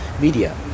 media